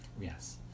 yes